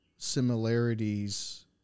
similarities